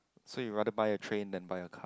so you rather buy a train than buy a car